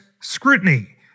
Scrutiny